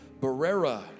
Barrera